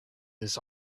this